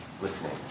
listening